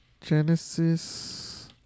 genesis